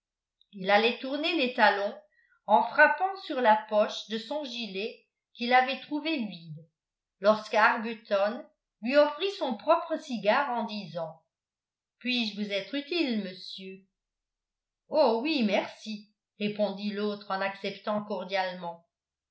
il allait tourner les talons en frappant sur la poche de son gilet qu'il avait trouvée vide lorsque arbuton lui offrit son propre cigare en disant puis-je vous être utile monsieur oh oui merci répondit l'autre en acceptant cordialement